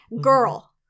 Girl